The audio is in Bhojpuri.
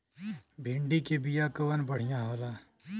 भिंडी के बिया कवन बढ़ियां होला?